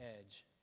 edge